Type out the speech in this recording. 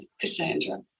Cassandra